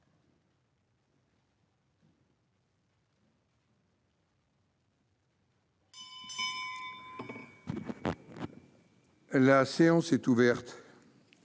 La séance est ouverte,